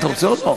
חבר הכנסת ביטן.